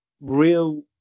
real